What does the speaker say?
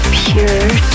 pure